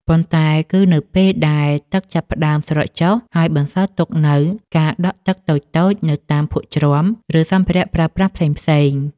ប៉ុន្តែគឺនៅពេលដែលទឹកចាប់ផ្តើមស្រកចុះ ហើយបន្សល់ទុកនូវការដក់ទឹកតូចៗនៅតាមភក់ជ្រាំ ឬសម្ភារៈប្រើប្រាស់ផ្សេងៗ។